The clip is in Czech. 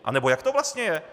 Anebo jak to vlastně je?